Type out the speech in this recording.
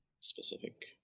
specific